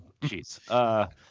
Jeez